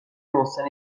محسن